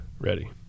ready